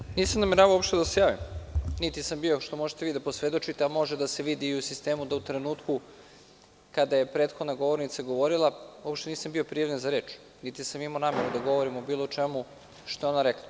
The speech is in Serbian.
Uopšte nisam nameravao da se javim, niti sam bio, što možete vi da posvedočite, a može da se vidi i u sistemu, da u trenutku kada je prethodna govornica govorila uopšte nisam bio prijavljen za reč, niti sam imao nameru da govorim o bilo čemu što je ona rekla.